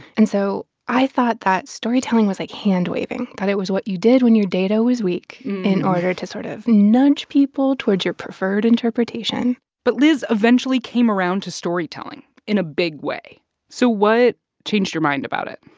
and so i thought that storytelling was, like, hand-waving, that it was what you did when your data was weak in order to sort of nudge people towards your preferred interpretation but liz eventually came around to storytelling in a big way so what changed your mind about it?